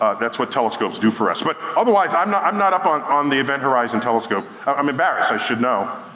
that's what telescopes do for us. but otherwise, i'm not i'm not up on on the event horizon telescope. i'm embarrassed, i should know.